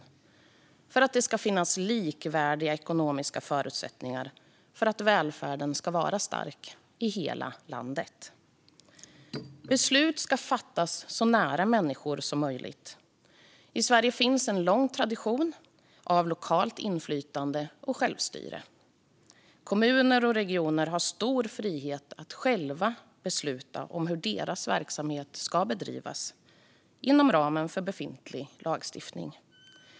Det gäller vidare att det ska finnas likvärdiga ekonomiska förutsättningar för att välfärden ska vara stark i hela landet. Beslut ska fattas så nära människor som möjligt. I Sverige finns en lång tradition av lokalt inflytande och självstyre. Kommuner och regioner har stor frihet att själva besluta om hur deras verksamheter ska bedrivas inom ramen för befintlig lagstiftning.